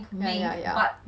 yeah yeah yeah